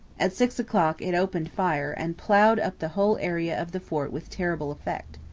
at six o'clock it opened fire and ploughed up the whole area of the fort with terrible effect.